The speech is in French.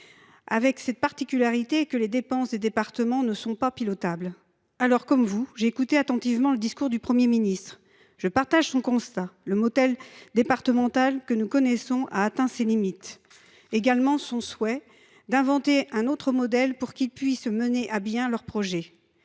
avec cette particularité que les dépenses des départements ne sont pas pilotables. Comme vous, j’ai écouté attentivement le discours du Premier ministre. Je partage son constat : le modèle départemental que nous connaissons a atteint ses limites. Je partage également son souhait « d’inventer un autre modèle » pour mener à bien les projets